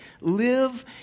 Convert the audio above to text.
Live